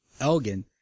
Elgin